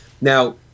Now